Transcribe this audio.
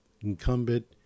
incumbent